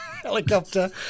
Helicopter